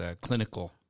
clinical